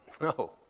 No